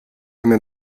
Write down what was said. eine